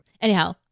Anyhow